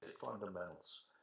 fundamentals